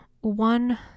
one